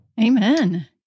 Amen